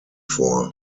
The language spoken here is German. vor